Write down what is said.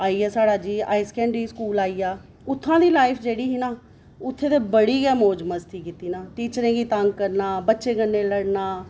आई गेआ जी साढ़ा जी हाई सकैंडरी स्कूल आई गेआ उत्थै दी लाइफ जेह्ड़ी ही ना उत्थै ते बड़ी गै मौज मस्ती कीती ना टीचरें गी तंग करना